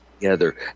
together